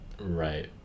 Right